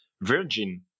Virgin